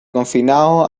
confinado